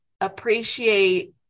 appreciate